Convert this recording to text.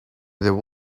there